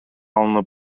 алынып